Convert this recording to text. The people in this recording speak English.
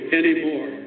anymore